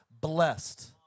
blessed